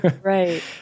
Right